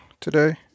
today